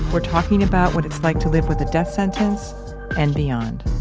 we're talking about what it's like to live with a death sentence and beyond